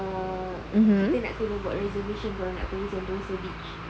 err kita nak kena buat reservation kalau nak pergi sentosa beach